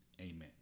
Amen